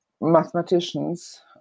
mathematicians